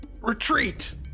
retreat